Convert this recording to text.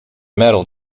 medal